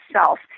self